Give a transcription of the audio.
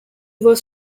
was